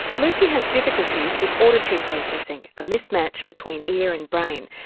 lucie has difficulties with auditory processing, a mismatch between ear and brain.